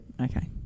Okay